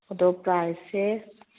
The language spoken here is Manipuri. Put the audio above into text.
ꯑꯗꯣ ꯄ꯭ꯔꯥꯏꯖꯁꯦ